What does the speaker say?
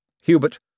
Hubert